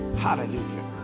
Hallelujah